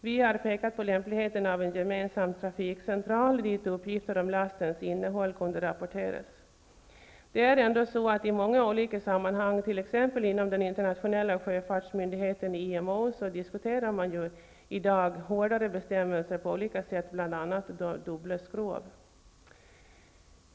Vi har pekat på lämpligheten av en gemensam trafikcentral, dit uppgifter om lastens innehåll kunde rapporteras. I många olika sammanhang, t.ex. inom den internationella sjöfartsmyndigheten IMO, diskuteras i dag hårdare bestämmelser, bl.a.